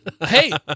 Hey